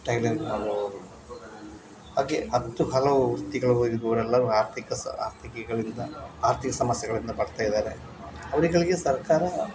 tailoring ಮಾಡುವವರು ಹಾಗೆ ಹತ್ತು ಹಲವು ವ್ಯಕ್ತಿಗಳು ಇರುವವರೆಲ್ಲರೂ ಆರ್ಥಿಕ ಸ ಆರ್ಥಿಕಗಳಿಂದ ಆರ್ಥಿಕ ಸಮಸ್ಯೆಗಳಿಂದ ಬಳಲ್ತ ಇದ್ದಾರೆ ಅವ್ರುಗಳಿಗೆ ಸರ್ಕಾರ